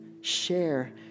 share